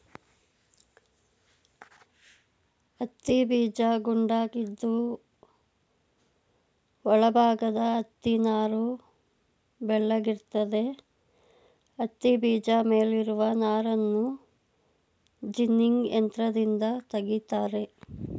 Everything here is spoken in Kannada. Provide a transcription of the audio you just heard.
ಹತ್ತಿಬೀಜ ಗುಂಡಾಗಿದ್ದು ಒಳ ಭಾಗದ ಹತ್ತಿನಾರು ಬೆಳ್ಳಗಿರ್ತದೆ ಹತ್ತಿಬೀಜ ಮೇಲಿರುವ ನಾರನ್ನು ಜಿನ್ನಿಂಗ್ ಯಂತ್ರದಿಂದ ತೆಗಿತಾರೆ